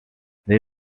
they